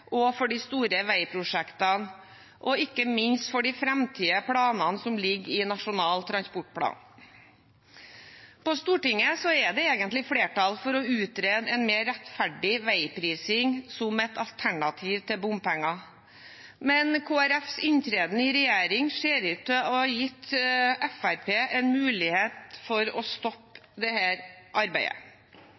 for de store veiprosjektene og ikke minst for de framtidige planene som ligger i Nasjonal transportplan. På Stortinget er det egentlig flertall for å utrede en mer rettferdig veiprising som et alternativ til bompenger, men Kristelig Folkepartis inntreden i regjering ser ut til å ha gitt Fremskrittspartiet en mulighet til å stoppe dette arbeidet.